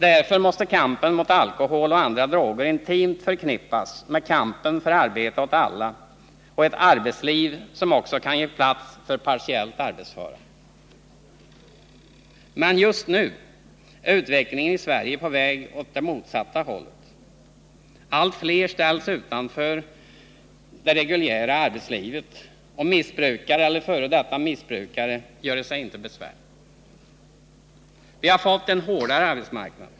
Därför måste kampen mot alkohol och andra droger intimt förknippas med kampen för arbete åt alla och ett arbetsliv som också kan ge plats för partiellt arbetsföra. Men just nu är utvecklingen i Sverige på väg åt det motsatta hållet. Allt fler ställs utanför det reguljära arbetslivet, och missbrukare eller f. d. missbrukare göre sig inte besvär. Vi har fått en hårdare arbetsmarknad.